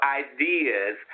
ideas